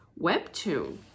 webtoon